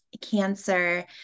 cancer